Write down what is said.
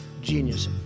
genius